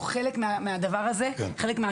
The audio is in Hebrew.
הוא חלק מן השרשרת.